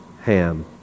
Ham